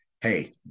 hey